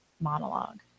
monologue